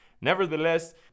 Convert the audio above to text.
nevertheless